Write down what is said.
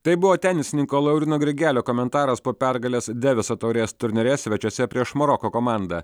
tai buvo tenisininko lauryno grigelio komentaras po pergalės deviso taurės turnyre svečiuose prieš maroko komandą